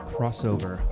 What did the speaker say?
Crossover